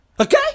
Okay